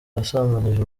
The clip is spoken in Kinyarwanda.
yasambanyije